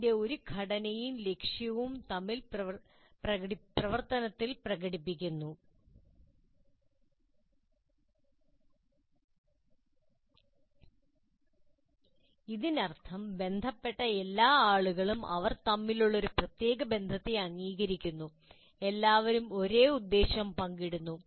അതിന്റെ ഒരു ഘടനയും ലക്ഷ്യവും പ്രവർത്തനത്തിൽ പ്രകടിപ്പിക്കുന്നു അതിനർത്ഥം ബന്ധപ്പെട്ട എല്ലാ ആളുകളും അവർ തമ്മിലുള്ള ഒരു പ്രത്യേക ബന്ധത്തെ അംഗീകരിക്കുന്നു എല്ലാവരും ഒരേ ഉദ്ദേശ്യം പങ്കിടുന്നു